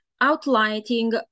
outlining